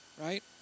right